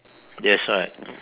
that's right